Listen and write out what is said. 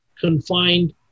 confined